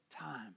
time